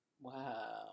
wow